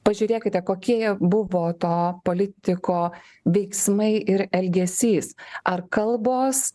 pažiūrėkite kokie jie buvo to politiko veiksmai ir elgesys ar kalbos